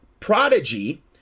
prodigy